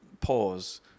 pause